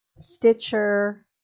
Stitcher